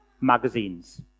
magazines